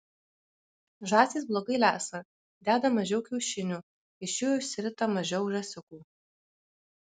žąsys blogai lesa deda mažiau kiaušinių iš jų išsirita mažiau žąsiukų